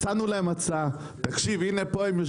הצענו להם הצעה, תקשיב, הנה פה הם יושבים.